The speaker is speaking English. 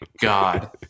God